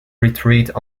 retreat